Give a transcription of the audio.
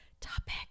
topic